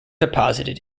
deposited